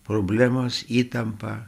problemos įtampa